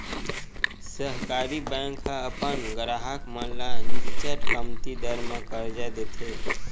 सहकारी बेंक ह अपन गराहक मन ल निच्चट कमती दर म करजा देथे